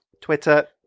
twitter